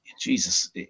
Jesus